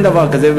אין דבר כזה,